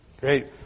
Great